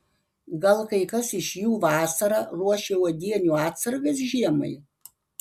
gal kai kas iš jų vasarą ruošia uogienių atsargas žiemai